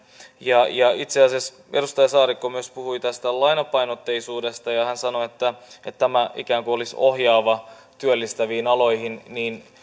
itse asiassa edustaja saarikko myös puhui tästä lainapainotteisuudesta kun hän sanoi että tämä ikään kuin olisi ohjaava työllistäviin aloihin on